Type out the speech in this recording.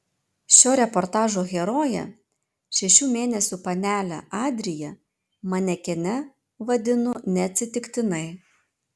šio reportažo heroję šešių mėnesių panelę adriją manekene vadinu neatsitiktinai